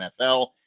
nfl